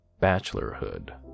Bachelorhood